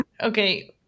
Okay